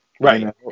Right